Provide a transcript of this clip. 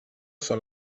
són